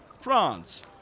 France